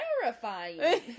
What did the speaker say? Terrifying